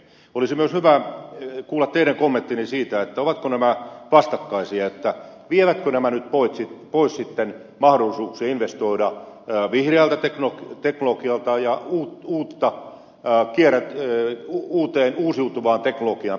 olisi myös hyvä kuulla teidän kommenttinne siitä ovatko nämä vastakkaisia vievätkö nämä nyt pois sitten mahdollisuuksia investoida vihreään teknologiaan ja uuteen uusiutuvaan teknologiaan perustuvaan energiankäyttöön